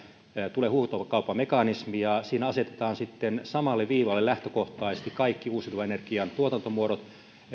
tulee huutokauppamekanismi ja siinä asetetaan sitten samalle viivalle lähtökohtaisesti kaikki uusiutuvan energian tuotantomuodot missä